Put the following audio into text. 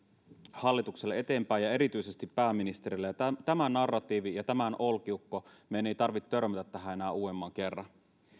hallitukselle eteenpäin ja erityisesti pääministerille ja tämä on narratiivi ja tämä on olkiukko meidän ei tarvitse törmätä tähän enää uudemman kerran